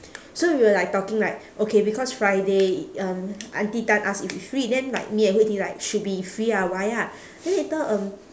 so we were like talking like okay because friday um auntie tan ask if we free then like me and hui ting like should be free ah why ah then later um